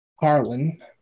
Harlan